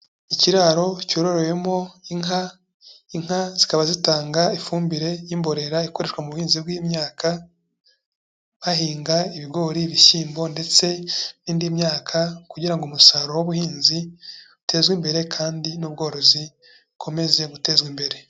Ikiraro cyororowemo inka, inka zikaba zitanga ifumbire y'imborera ikoreshwa mu buhinzi bw'imyaka, bahinga ibigori, ibishyimbo ndetse n'indi myaka kugira ngo umusaruro w'ubuhinzi utezwe imbere kandi n'ubworozi bukomeze gutezwa imbere.